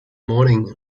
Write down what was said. morning